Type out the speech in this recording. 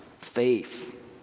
faith